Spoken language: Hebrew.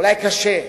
אולי קשה,